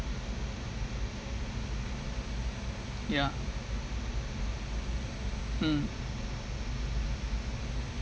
ya mm